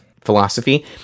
philosophy